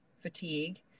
fatigue